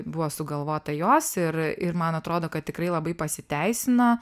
buvo sugalvota jos ir ir man atrodo kad tikrai labai pasiteisino